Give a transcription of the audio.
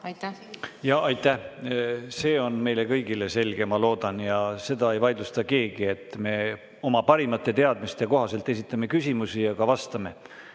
näevad. Jaa, aitäh! See on meile kõigile selge, ma loodan, ja seda ei vaidlusta keegi, et me oma parimate teadmiste kohaselt esitame küsimusi ja ka vastame.